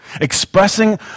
expressing